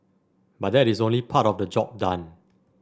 but that is only part of the job done